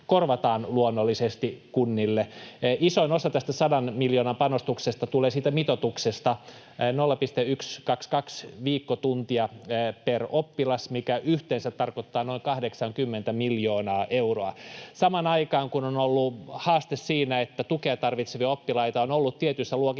korvataan luonnollisesti kunnille. Isoin osa tästä 100 miljoonan panostuksesta tulee siitä mitoituksesta 0,122 viikkotuntia per oppilas, mikä yhteensä tarkoittaa noin 80:tä miljoonaa euroa. Samaan aikaan, kun on ollut haaste siinä, että tukea tarvitsevia oppilaita on ollut tietyissä luokissa